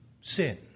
sin